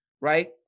right